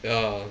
ya